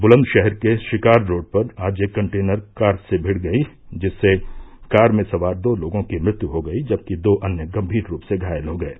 बुलंदशहर के रिकार रोड पर आज एक कंटेनर कार से मिड़ गयी जिससे कार में सवार दो लोगों की मृत्यु हो गयी जबकि दो अन्य गम्भीर रूप से घायल हो गये